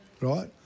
right